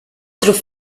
through